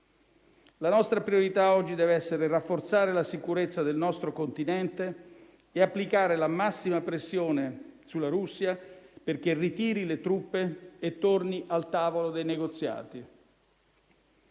La nostra priorità oggi deve essere rafforzare la sicurezza del nostro Continente e applicare la massima pressione sulla Russia perché ritiri le truppe e torni al tavolo dei negoziati.